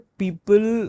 people